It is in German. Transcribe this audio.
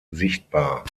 sichtbar